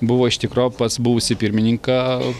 buvo iš tikro pas buvusį pirmininką